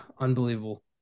unbelievable